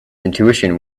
intuition